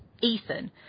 Ethan